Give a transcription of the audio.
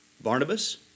Barnabas